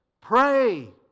Pray